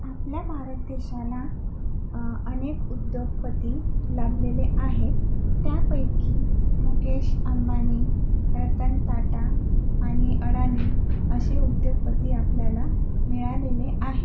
आपल्या भारत देशाला अनेक उद्योगपती लाभलेले आहेत त्यापैकी मुकेश अंबानी रतन टाटा आणि अडाणी असे उद्योगपती आपल्याला मिळालेले आहे